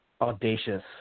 audacious